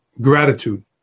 gratitude